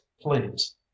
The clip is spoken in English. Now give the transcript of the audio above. please